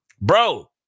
bro